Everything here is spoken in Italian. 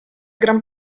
gran